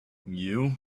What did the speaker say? you